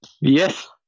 Yes